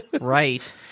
Right